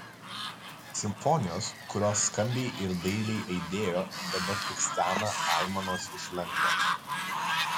simfonijos kurios skambiai ir dailiai aidėjo dabar tik stena aimanos iš lengvo